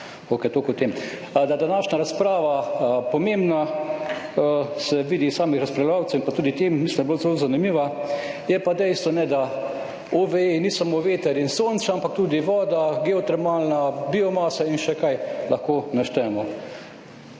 Okej, toliko o tem. Da je današnja razprava pomembna, se vidi iz samih razpravljavcev in pa tudi tem, mislim, da je bila zelo zanimiva. Je pa dejstvo, da OVE-ji nista samo veter in sonce, ampak tudi voda, geotermalna biomasa in še kaj lahko naštejemo.